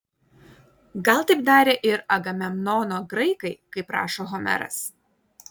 gal taip darė ir agamemnono graikai kaip rašo homeras